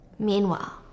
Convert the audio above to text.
Meanwhile